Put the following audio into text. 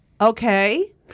okay